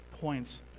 points